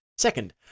Second